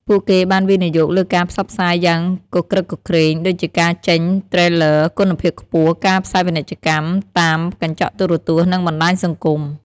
ពួកគេបានវិនិយោគលើការផ្សព្វផ្សាយយ៉ាងគគ្រឹកគគ្រេង ដូចជាការចេញ trailer គុណភាពខ្ពស់ ការផ្សាយពាណិជ្ជកម្មតាមកញ្ចក់ទូរទស្សន៍ និងបណ្តាញសង្គម។